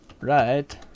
Right